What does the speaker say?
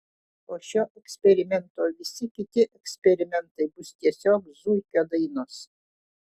po šio eksperimento visi kiti eksperimentai bus tiesiog zuikio dainos